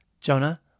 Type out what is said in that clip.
Jonah